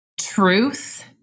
truth